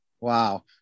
Wow